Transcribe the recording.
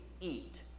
eat